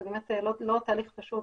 זה באמת לא תהליך פשוט,